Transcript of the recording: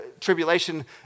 Tribulation